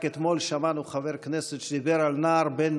רק אתמול שמענו חבר כנסת שדיבר על נער בן